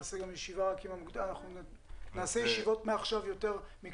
נקיים מעכשיו ישיבות יותר מקצועיות.